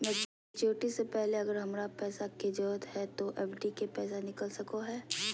Maturity से पहले अगर हमरा पैसा के जरूरत है तो एफडी के पैसा निकल सको है?